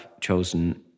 chosen